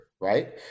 right